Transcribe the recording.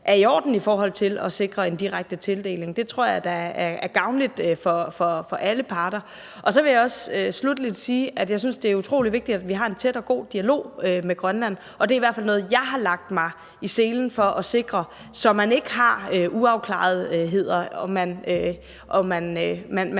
er i orden i forhold til det – tror jeg da er gavnligt for alle parter. Og så vil jeg også sluttelig sige, at jeg synes, det er utroligt vigtigt, at vi har en tæt og god dialog med Grønland. Og det er i hvert fald noget, jeg har lagt mig i selen for at sikre, så man ikke har uafklarede ting, og at